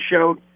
showed